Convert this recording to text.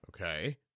Okay